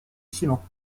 ciment